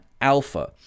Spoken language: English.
alpha